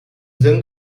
then